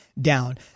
down